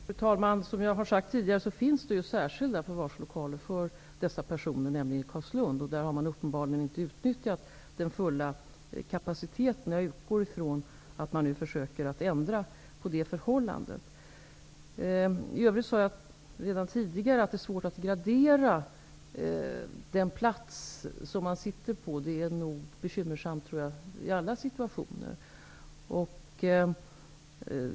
Fru talman! Det finns särskilda förvarslokaler för dessa personer, nämligen i Carlslund. Där har man uppenbarligen inte utnyttjat den fulla kapaciteten. Jag utgår från att man försöker ändra på det förhållandet. Jag har redan tidigare sagt att det är svårt att gradera den plats som personen i fråga befinner sig på. Det är nog bekymmersamt i alla situationer.